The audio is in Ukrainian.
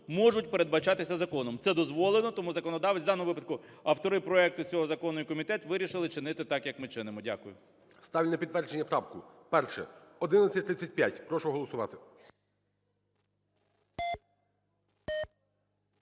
можуть передбачатися законом. Це дозволено, тому законодавець, в даному випадку автори проекту цього закону і комітет, вирішили чинити так як ми чинимо. Дякую. ГОЛОВУЮЧИЙ. Ставлю на підтвердження правку. Перше – 1135. Прошу голосувати.